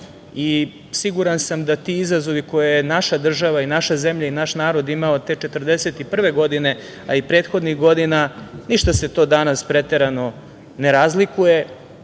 sam da ti izazovi koje je naša država i naša zemlja i naš narod imao od te 1941. godine, a i prethodnih godina, ništa se to danas preterano ne razlikuje.